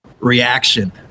reaction